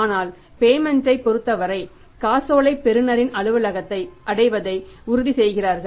ஆனால் பேமென்ட் ஐ பொருத்தவரை காசோலை பெறுநரின் அலுவலகத்தை அடைவதை உறுதி செய்கிறார்கள்